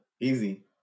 easy